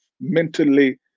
mentally